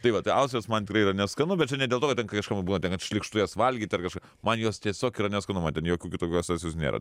tai va tai austrės man tikrai yra neskanu bet čia ne dėl to kad ten kažkam būna ten šlykštu jas valgyt ar kažką man jos tiesiog yra neskanu man ten jokių kitokių asociacijų nėra